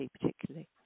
particularly